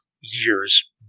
years